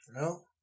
No